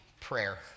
prayer